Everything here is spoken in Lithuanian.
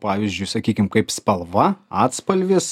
pavyzdžiui sakykim kaip spalva atspalvis